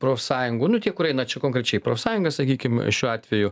profsąjungų nu tie kur eina čia konkrečiai profsąjunga sakykim šiuo atveju